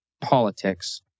politics